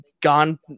gone